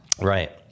right